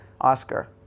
Oscar